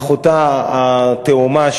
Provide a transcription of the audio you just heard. אחותה התאומה,